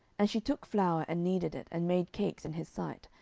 and she took flour, and kneaded it, and made cakes in his sight,